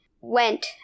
went